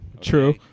True